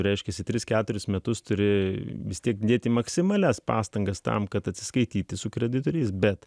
reiškiasi tris keturis metus turi vis tiek dėti maksimalias pastangas tam kad atsiskaityti su kreditoriais bet